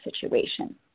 situation